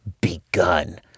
begun